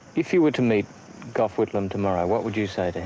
if you were to meet gough whitlam tomorrow, what would you say